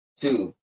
two